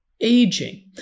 aging